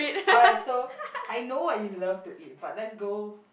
alright so I know what you love to eat but let's go